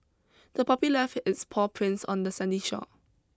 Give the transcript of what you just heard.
the puppy left its paw prints on the sandy shore